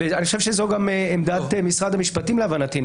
ואני חושב שזאת גם עמדת משרד המשפטים להבנתי,